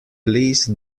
please